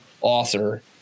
author